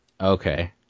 Okay